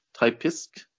Typisk